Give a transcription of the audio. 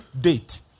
date